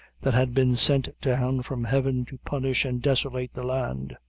that had been sent down from heaven to punish and desolate the land.